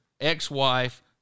ex-wife